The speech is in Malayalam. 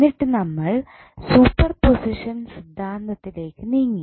എന്നിട്ട് നമ്മൾ സൂപ്പർപോസിഷൻ സിദ്ധാന്തത്തിലേക് നീങ്ങി